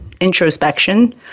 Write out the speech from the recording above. introspection